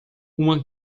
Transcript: uma